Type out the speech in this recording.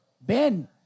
Ben